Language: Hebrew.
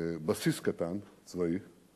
בסיס צבאי קטן.